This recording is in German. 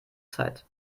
zeit